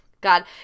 God